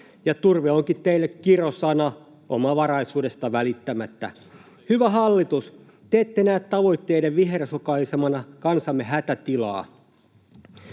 Ja turve onkin teille kirosana omavaraisuudesta välittämättä. Hyvä hallitus, te ette näe tavoitteiden vihersokaisemana kansamme hätätilaa.